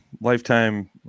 lifetime